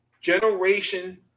Generation